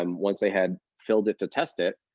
um once they had filled it to test it,